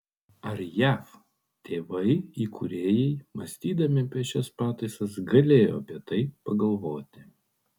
ar jav tėvai įkūrėjai mąstydami apie šias pataisas galėjo apie tai pagalvoti